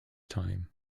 time